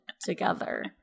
together